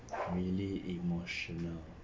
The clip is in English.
really emotional